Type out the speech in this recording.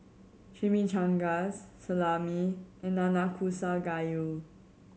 Chimichangas Salami and Nanakusa Gayu